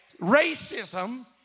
Racism